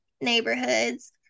neighborhoods